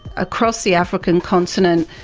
across the african continent,